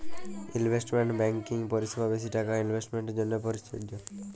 investment banking পরিসেবা বেশি টাকা ইলভেস্টের জ্যনহে পরযজ্য